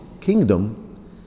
kingdom